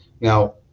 now